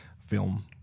film